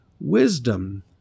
wisdom